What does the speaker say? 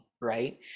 Right